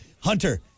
Hunter